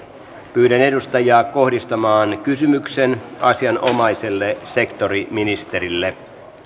pyydän edustajia kohdistamaan kysymyksen asianomaiselle sektoriministerille